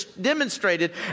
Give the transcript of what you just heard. demonstrated